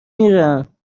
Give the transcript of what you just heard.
میرم